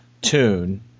tune